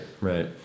right